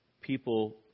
people